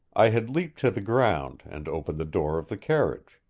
i had leaped to the ground, and opened the door of the carriage.